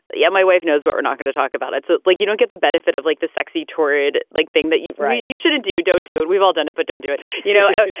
but yeah. my wife knows but we're not going to talk about it. so it's like you don't get the benefit of like the sexy, torrid like thing that you write you shouldn't do. don't do it. we've all done it. but don't do it you know,